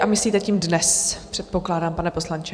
A myslíte tím dnes, předpokládám, pane poslanče?